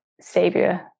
savior